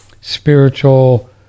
spiritual